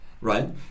right